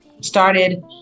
started